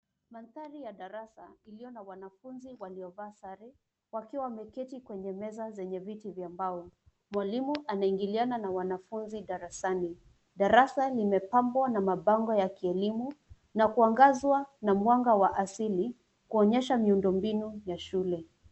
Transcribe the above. Mandhari ya darasa iliyo na wanafunzi waliovaa sare wakiwa wameketi kwenye meza zenye viti vya mbao. Mwalimu anaingiliana na wanafunzi darasani . Darasa limepambwa na mapambo ya kielimu na kuangazwa na mwanga wa asili kuonyesha miundombinu ya shule.